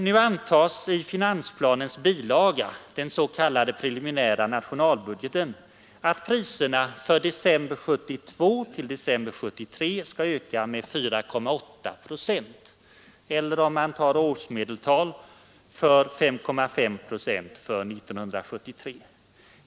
Nu antas det i finansplanens bilaga, den s.k. preliminära nationalbudgeten, att priserna för december 1972—december 1973 skall öka med 4,8 procent, eller om man tar årsmedeltal med 5,5 procent för 1973.